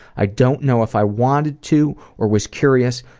i don't know if i wanted to or was curious,